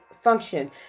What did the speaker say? function